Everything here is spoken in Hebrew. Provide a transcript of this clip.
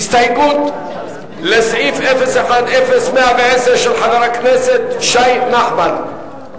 הסתייגות לסעיף 010110 של חבר הכנסת שי נחמן,